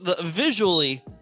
visually